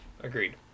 agreed